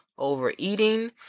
Overeating